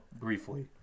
briefly